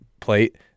plate